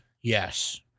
yes